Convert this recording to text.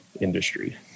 industry